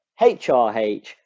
HRH